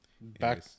back